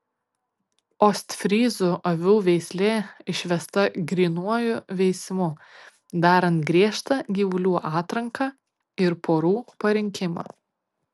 ostfryzų avių veislė išvesta grynuoju veisimu darant griežtą gyvulių atranką ir porų parinkimą